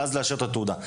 ואז לאשר את התעודה.